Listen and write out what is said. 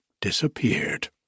disappeared